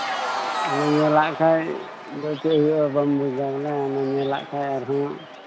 ᱧᱮᱞᱟᱜ ᱠᱷᱟᱱ ᱪᱮᱫ ᱦᱩᱭᱩᱜᱼᱟ ᱵᱟᱢ ᱵᱩᱡᱽᱫᱟ ᱵᱚᱞᱮ ᱚᱱᱟ ᱧᱮᱞᱟᱜ ᱠᱷᱟᱱ ᱟᱨᱦᱚᱸ